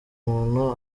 umuntu